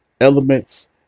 elements